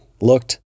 looked